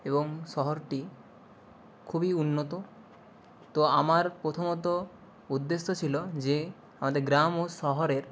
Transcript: এবং শহরটি খুবই উন্নত তো আমার প্রথমত উদ্দেশ্য ছিলো যে আমাদের গ্রাম ও শহরের